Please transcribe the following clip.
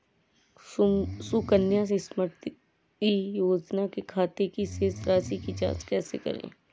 सुकन्या समृद्धि योजना के खाते की शेष राशि की जाँच कैसे कर सकते हैं?